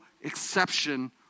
exception